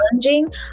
challenging